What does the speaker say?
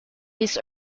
his